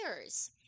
years